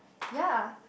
ya